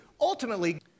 Ultimately